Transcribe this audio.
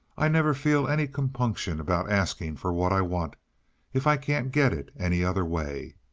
i never feel any compunction about asking for what i want if i can't get it any other way.